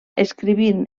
escrivint